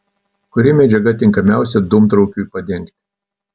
kuri medžiaga tinkamiausia dūmtraukiui padengti